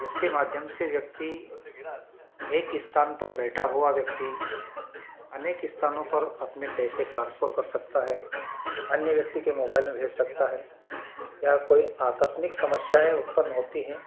जिसके माध्यम से व्यक्ति एक स्थान पर बैठा हुआ व्यक्ति अनके स्थानों पर अपने पैसे ट्रान्सफर कर सकता है अन्य व्यक्ति के मोबाईल में भेज सकता है या कोई आकस्मिक समस्याएँ होती हैं